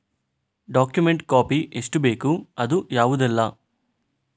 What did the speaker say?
Document copy ಎಷ್ಟು ಬೇಕು ಅದು ಯಾವುದೆಲ್ಲ?